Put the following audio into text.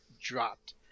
dropped